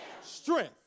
Strength